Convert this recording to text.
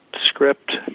script